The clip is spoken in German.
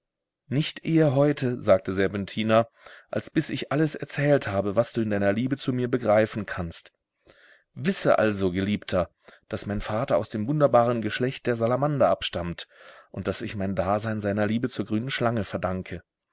nicht eher heute sagte serpentina als bis ich alles erzählt habe was du in deiner liebe zu mir begreifen kannst wisse also geliebter daß mein vater aus dem wunderbaren geschlecht der salamander abstammt und daß ich mein dasein seiner liebe zur grünen schlange verdanke